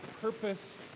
purpose